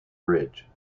bridge